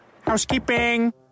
housekeeping